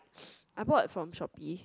I brought from shopee